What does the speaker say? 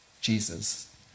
Jesus